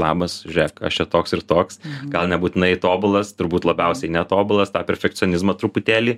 labas žiūrėk aš čia toks ir toks gal nebūtinai tobulas turbūt labiausiai netobulas tą perfekcionizmą truputėlį